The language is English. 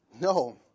No